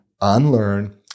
unlearn